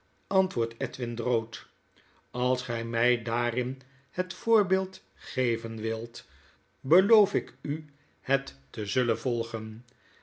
antwoordt edwin drood als gij mjj daarin het voor beeld geven wilt beloof ik u het te zuilen volgen